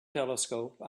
telescope